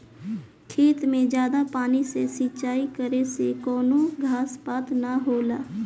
खेतन मे जादा पानी से सिंचाई करे से कवनो घास पात ना होला